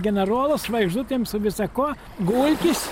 generolas žvaigždutėm su visa kuo gulkis